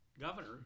governor